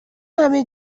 همه